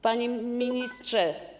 Panie Ministrze!